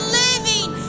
living